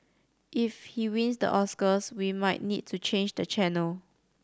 if he wins the Oscars we might need to change the channel